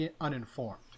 uninformed